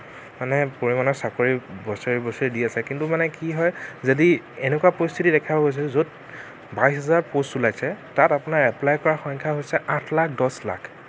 মানে পৰিমাণে চাকৰি বছৰি বছৰি দি আছে কিন্তু মানে কি হয় যদি এনেকুৱা পৰিস্থিতিও দেখা গৈছে য'ত বাইশ হাজাৰ পষ্ট ওলাইছে তাত আপোনাৰ এপ্লাই কৰা সংখ্যা হৈছে আঠ লাখ দচ লাখ